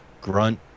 Grunt